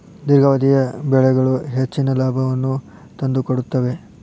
ದೇರ್ಘಾವಧಿಯ ಬೆಳೆಗಳು ಹೆಚ್ಚಿನ ಲಾಭವನ್ನು ತಂದುಕೊಡುತ್ತವೆ